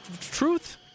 Truth